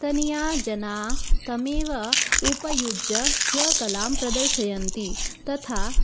तदीयाः जनाः तमेव उपयुज्य स्वकलां प्रदर्शयन्ति तथा